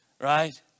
Right